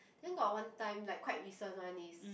then got one time like quite recent one is